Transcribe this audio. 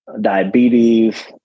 diabetes